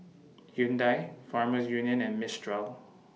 Hyundai Farmers Union and Mistral